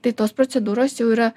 tai tos procedūros jau yra